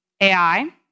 Ai